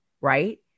right